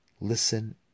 Listen